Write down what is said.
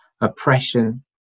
oppression